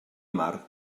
mar